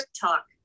talk